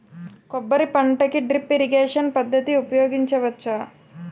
కొబ్బరి పంట కి డ్రిప్ ఇరిగేషన్ పద్ధతి ఉపయగించవచ్చా?